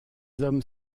hommes